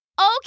Okay